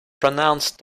pronounced